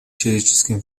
человечеством